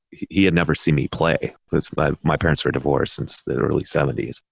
he had never seen me play. plus but my parents were divorced since the early seventies.